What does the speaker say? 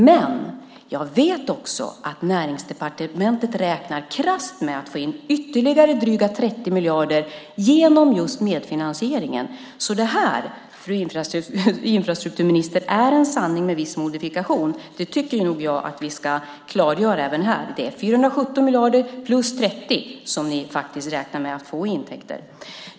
Men jag vet att Näringsdepartementet krasst räknar med att få in ytterligare drygt 30 miljarder genom just medfinansieringen. Det här är, fru infrastrukturminister, en sanning med viss modifikation. Det tycker jag att vi ska klargöra även här. Ni räknar med att få in 417 miljarder och ytterligare 30 miljarder i intäkter.